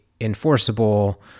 enforceable